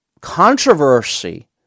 Controversy